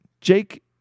Jake